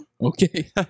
Okay